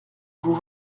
vous